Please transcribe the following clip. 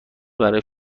برای